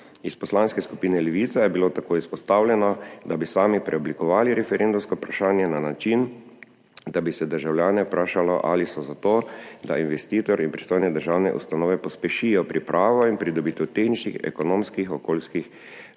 Iz Poslanske skupine Levica je bilo tako izpostavljeno, da bi sami preoblikovali referendumsko vprašanje na način, da bi se državljane vprašalo, ali so za to, da investitorji in pristojne državne ustanove pospešijo pripravo in pridobitev tehničnih, ekonomskih, okoljskih, družbenih